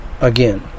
again